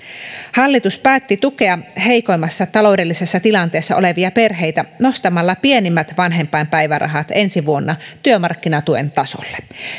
hallitus päätti tukea heikoimmassa taloudellisessa tilanteessa olevia perheitä nostamalla pienimmät vanhempainpäivärahat ensi vuonna työmarkkinatuen tasolle